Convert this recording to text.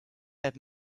that